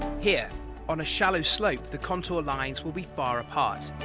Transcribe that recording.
here on a shallow slope the contour lines will be far apart.